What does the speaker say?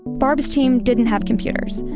barb's team didn't have computers,